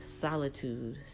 solitude